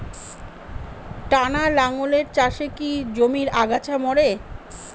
টানা লাঙ্গলের চাষে কি জমির আগাছা মরে?